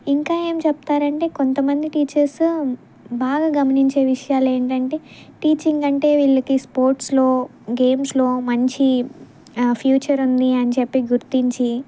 ఇంకా ఏం చెప్తారు అంటే కొంత మంది టీచర్స్ బాగా గమనించే విషయాలు ఏమిటి అంటే టీచింగ్ కంటే వీళ్ళకి స్పోర్ట్స్లో గేమ్స్లో మంచి ఫ్యూచర్ ఉంది చెప్పి గుర్తించి